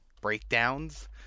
breakdowns